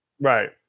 Right